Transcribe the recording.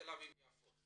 תל אביב יפו.